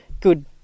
good